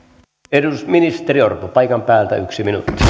ministeri orpo paikan päältä yksi minuutti